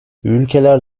ülkeler